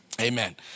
Amen